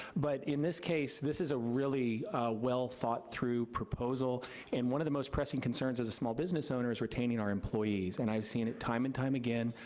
but in this case, this is a really well-thought-through proposal and one of the most pressing concerns as a small business owner is retaining our employees and i've seen it time and time again,